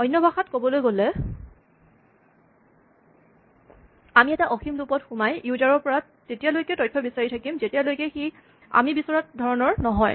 অন্য ভাষাত কবলৈ গলে আমি এটা অসীম লুপ ত সোমাই ইউজাৰ ৰ পৰা তেতিয়ালৈকে তথ্য বিচাৰি থাকিম যেতিয়ালৈকে সি আমি বিচৰা ধৰণৰ নহয়